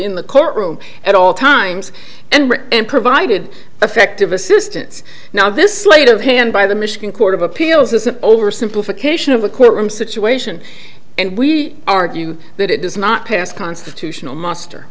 in the courtroom at all times and and provided effective assistance now this slate of hand by the michigan court of appeals is an oversimplification of a courtroom situation and we argue that it does not pass constitutional muster